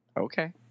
Okay